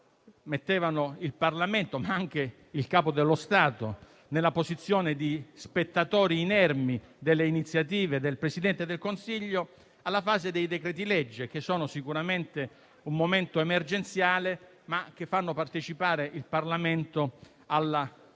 mettevano il Parlamento, ma anche il Capo dello Stato, nella posizione di spettatori inermi delle iniziative del Presidente del Consiglio - alla fase dei decreti-legge, che sono sicuramente frutto di un momento emergenziale, ma che fanno partecipare il Parlamento all'*iter*